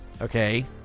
Okay